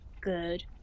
Good